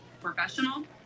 professional